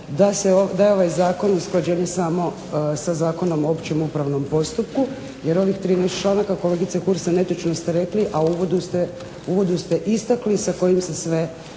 da je ovaj zakon usklađenje samo sa Zakonom o općem upravnom postupku, jer ovih 13 članaka kolegice Hursa netočno ste rekli, a uvodu ste istakli sa kojim se sve